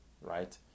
right